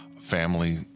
family